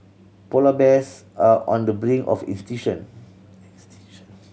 polar bears are on the brink of extinction